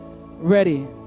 ready